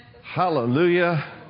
Hallelujah